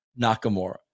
Nakamura